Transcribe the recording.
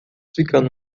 ficando